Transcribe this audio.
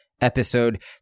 episode